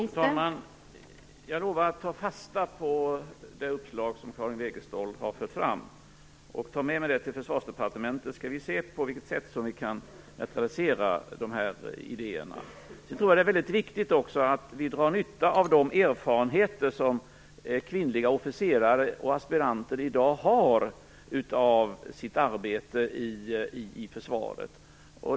Fru talman! Jag lovar att ta fasta på det uppslag som Karin Wegestål har fört fram och att ta med mig det till Försvarsdepartementet för att se på vilket sätt vi kan aktualisera de här idéerna. Jag tror också att det är väldigt viktigt att vi drar nytta av de erfarenheter som kvinnliga officerare och aspiranter i dag har av sitt arbete i försvaret.